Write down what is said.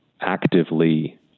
actively